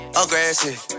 aggressive